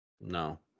No